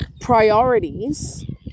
priorities